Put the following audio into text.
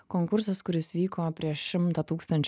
konkursas kuris vyko prieš šimtą tūkstančių